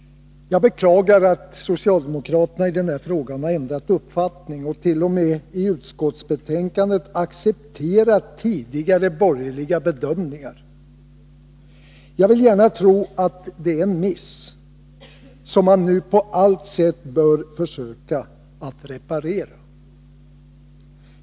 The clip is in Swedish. Jag beklagar att socialdemokraterna i denna fråga har ändrat uppfattning. I utskottsbetänkandet accepterar man t.o.m. tidigare borgerliga bedömningar. Jag vill gärna tro att det är en miss. På alla sätt bör man försöka reparera den skadan.